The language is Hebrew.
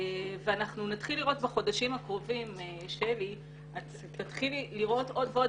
אנחנו נתחיל לראות בחודשים הקרובים עוד ועוד